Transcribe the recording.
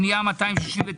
רוב פניות מס' 210 213 אושרו.